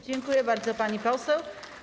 Dziękuję bardzo, pani poseł.